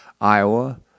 Iowa